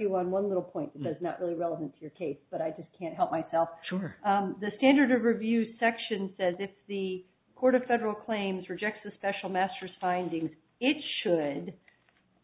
you on one little point that's not really relevant to your case but i just can't help myself sure the standard of review section says if the court a federal claims rejects a special masters findings it should